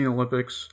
Olympics